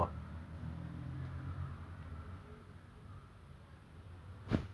and ya that is one and my last wish what's my last wish